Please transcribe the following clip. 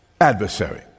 adversary